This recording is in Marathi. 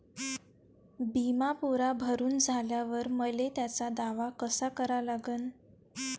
बिमा पुरा भरून झाल्यावर मले त्याचा दावा कसा करा लागन?